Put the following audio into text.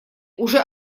уже